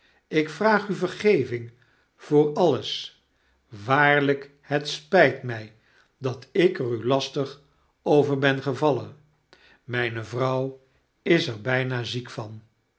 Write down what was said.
ik vraag u vergeving voor alles waarlijk het spijt mij dat ik er u lastig over ben gevallen mijne vrouw is er bijna ziek van